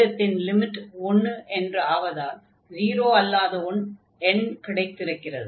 விகிதத்தின் லிமிட் 1 என்று ஆவதால் 0 அல்லாத ஒரு எண் கிடைத்திருக்கிறது